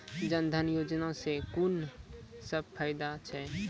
जनधन योजना सॅ कून सब फायदा छै?